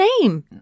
name